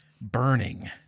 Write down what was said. burning